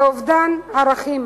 באובדן ערכים.